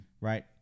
Right